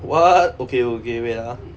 what okay okay wait ah